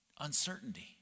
uncertainty